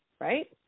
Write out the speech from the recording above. Right